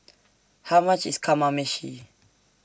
How much IS Kamameshi